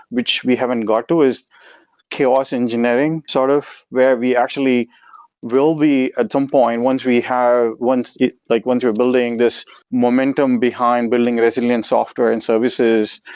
which we haven't got to is chaos engineering, sort of where we actually will be at some point once we have once like once we're building this momentum behind building resilient software and services,